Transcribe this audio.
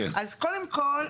אז קודם כל,